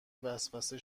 وسوسه